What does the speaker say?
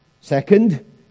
Second